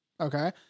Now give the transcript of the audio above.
Okay